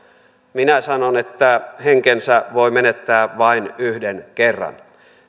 minä sanon että henkensä voi menettää vain yhden kerran